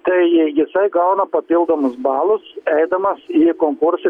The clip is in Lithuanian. tai jisai gauna papildomus balus eidamas į konkursui